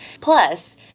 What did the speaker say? Plus